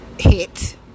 hit